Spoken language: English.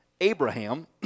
Abraham